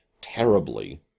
terribly